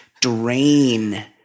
drain